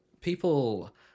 people